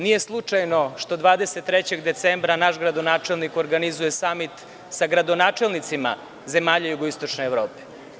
Nije slučajno što 23. decembra naš gradonačelnik organizuje samit sa gradonačelnicima zemalja jugoistočne Evrope.